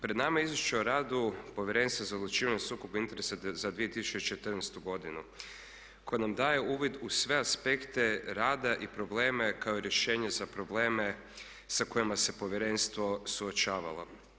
Pred nama je Izvješće o radu Povjerenstva za odlučivanje o sukobu interesa za 2014. godinu koje nam daje uvid u sve aspekte rada i probleme kao i rješenje za probleme sa kojima se povjerenstvo suočavalo.